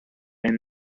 and